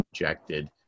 rejected